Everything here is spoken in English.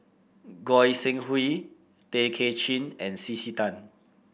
Goi Seng Hui Tay Kay Chin and C C Tan